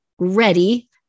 Ready